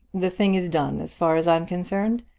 the thing is done as far as i am concerned,